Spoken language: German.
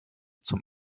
zum